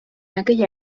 aquella